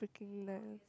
freaking nice